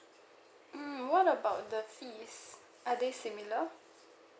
mm what about the fees are they similar